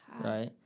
Right